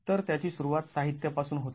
तर त्याची सुरुवात साहित्यापासून होते